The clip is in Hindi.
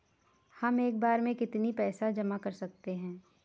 हम एक बार में कितनी पैसे जमा कर सकते हैं?